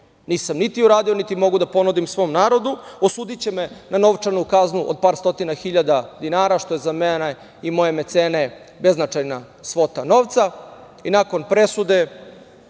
nisam niti uradio, niti mogu da ponudim svom narodu. Osudiće me na novčanu kaznu od par stotina hiljada dinara, što je za mene i moje mecene beznačajna svota novca i nakon presude